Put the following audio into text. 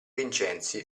vincenzi